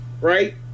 right